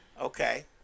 Okay